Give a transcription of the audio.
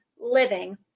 living